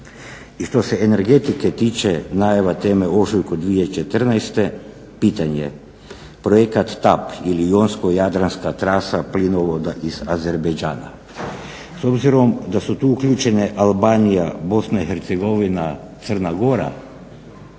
I što se energetike tiče najava teme u ožujku 2014. pitanje projekat Tab ili jonsko-jadranska trasa plinovoda iz Azerbejdžana. S obzirom da su tu uključene Albanija, Bosna i Hercegovina, Crna Gora